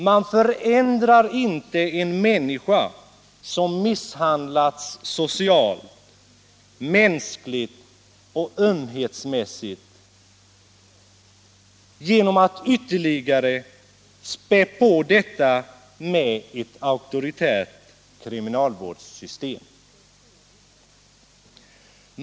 Man förändrar inte en människa socialt, mänskligt och ömhetsmässigt genom att ytterligare späda på detta med ett auktoritärt kriminalvårdssystem.